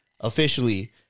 officially